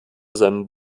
seinem